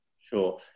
Sure